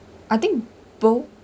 I think both